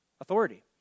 authority